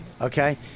okay